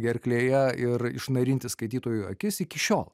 gerklėje ir išnarinti skaitytojų akis iki šiol